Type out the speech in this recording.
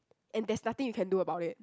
and there's nothing you can do about it